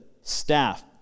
staff